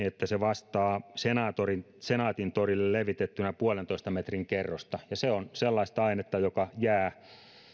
että se vastaa senaatintorille senaatintorille levitettynä puolentoista metrin kerrosta ja se on sellaista ainetta joka jää